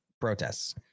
protests